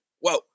whoa